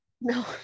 no